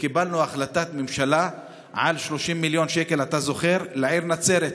השגנו וקיבלנו החלטת ממשלה על 30 מיליון שקל לעיר נצרת,